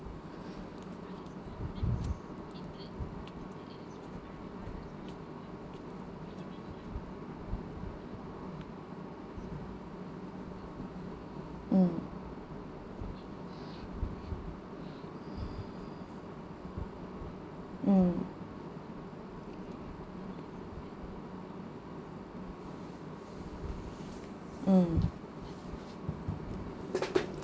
mm mm mm